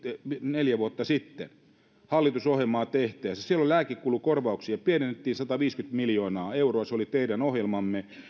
neljä vuotta sitten hallitusohjelmaa tehtäessä silloin lääkekulukorvauksia pienennettiin sataviisikymmentä miljoonaa euroa se oli teidän ohjelmanne